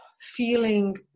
feeling